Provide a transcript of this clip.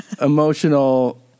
Emotional